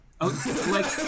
okay